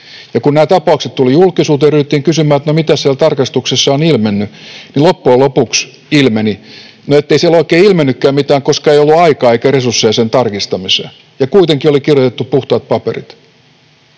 Ja kun nämä tapaukset tulivat julkisuuteen, ryhdyttiin kysymään, että no mitäs siellä tarkastuksessa on ilmennyt, niin loppujen lopuksi ilmeni, ettei siellä oikein ilmennytkään mitään, koska ei ollut aikaa eikä resursseja sen tarkistamiseen, ja kuitenkin oli kirjoitettu puhtaat paperit.